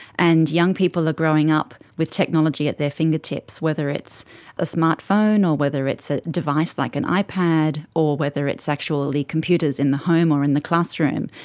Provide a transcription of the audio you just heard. and young people are growing up with technology at their fingertips, whether it's a smart phone or whether it's a device like an ipad or whether it's actually computers in the home or in the classroom.